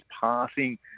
passing